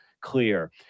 clear